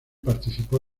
participó